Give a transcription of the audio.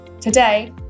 Today